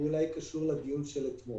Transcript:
הוא אולי קשור יותר לדיון של אתמול.